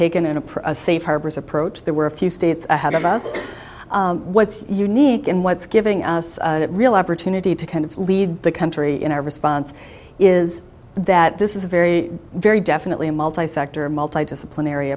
approach a safe harbors approach there were a few states ahead of us what's unique and what's giving us a real opportunity to kind of lead the country in our response is that this is a very very definitely a multi sector multi disciplinary